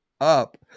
up